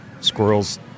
squirrels